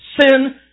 sin